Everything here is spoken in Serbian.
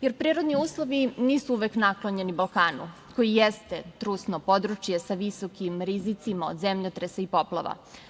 Jer, prirodni uslovi nisu uvek naklonjeni Balkanu, koji jeste trusno područje sa visokim rizicima od zemljotresa i poplava.